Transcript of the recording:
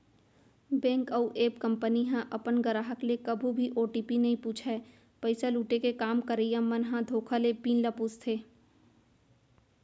bank अउ app company ह अपन गराहक ले कभू भी ओ.टी.पी नइ पूछय, पइसा लुटे के काम करइया मन ह धोखा ले पिन ल पूछथे